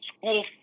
school